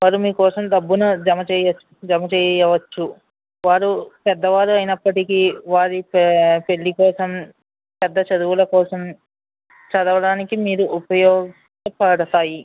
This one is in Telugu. వారు మీ కోసం డబ్బును జమ జమ చేయవచ్చు వారు పెద్దవారు అయినప్పటికి వారి పే పెళ్లి కోసం పెద్ద చదువుల కోసం చదవడానికి మీరు ఉపయోగపడతాయి